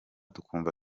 tukumva